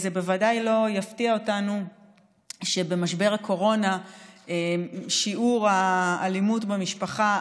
זה בוודאי לא יפתיע אותנו שבמשבר הקורונה שיעור האלימות במשפחה עלה.